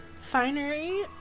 finery